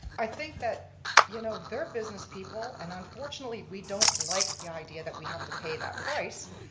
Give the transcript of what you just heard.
i think that you know they're business people, and unfortunately we don't like the idea that we have to pay that price,